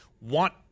want